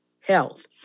health